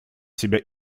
себя